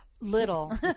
Little